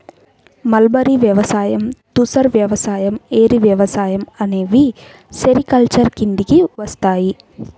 mulberry వ్యవసాయం, తుసర్ వ్యవసాయం, ఏరి వ్యవసాయం అనేవి సెరికల్చర్ కిందికి వస్తాయి